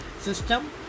system